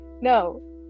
no